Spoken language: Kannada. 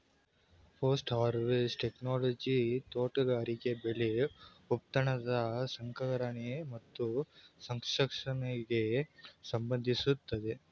ಪೊಸ್ಟ್ ಹರ್ವೆಸ್ಟ್ ಟೆಕ್ನೊಲೊಜಿ ತೋಟಗಾರಿಕೆ ಬೆಳೆ ಉತ್ಪನ್ನದ ಸಂಸ್ಕರಣೆ ಮತ್ತು ಸಂರಕ್ಷಣೆಗೆ ಸಂಬಂಧಿಸಯ್ತೆ